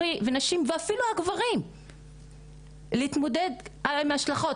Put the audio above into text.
ונשים, ואפילו הגברים, להתמודד עם ההשלכות?